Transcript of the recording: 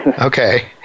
Okay